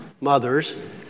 mothers